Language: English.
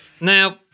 now